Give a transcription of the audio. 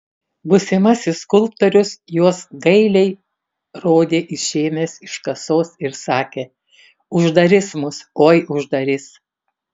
būsimasis skulptorius juos gailiai rodė išėmęs iš kasos ir sakė uždarys mus oi uždarys